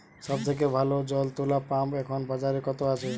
সব থেকে ভালো জল তোলা পাম্প এখন বাজারে কত আছে?